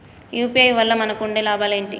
UPI వల్ల మనకు ఉండే లాభాలు ఏంటి?